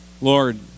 Lord